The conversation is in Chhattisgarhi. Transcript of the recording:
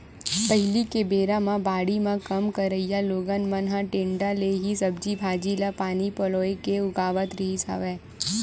पहिली के बेरा म बाड़ी म काम करइया लोगन मन ह टेंड़ा ले ही सब्जी भांजी ल पानी पलोय के उगावत रिहिस हवय